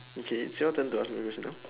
okay it's your turn to ask me your question now